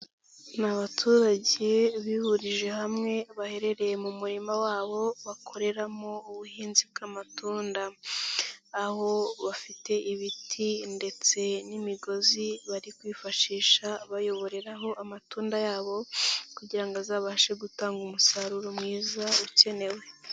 Ni abaturage bihurije hamwe baherereye mu murima wabo bakoreramo ubuhinzi bw'amatunda, aho bafite ibiti ndetse n'imigozi bari kwifashisha bayoboreraho amatunda yabo, kugira ngo azabashe gutanga umusaruro mwiza ukenewe.